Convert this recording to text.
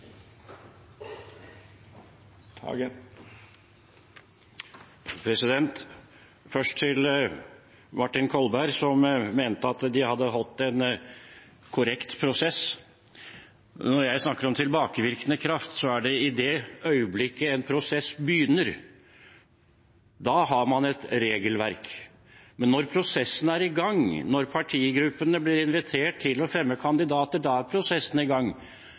Først til Martin Kolberg, som mente at de hadde hatt en korrekt prosess: Når jeg snakker om «tilbakevirkende kraft», så er det i det øyeblikket en prosess begynner. Da har man et regelverk. Men når partigruppene blir invitert til å fremme kandidater, da er prosessen i gang.